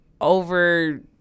over